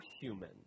human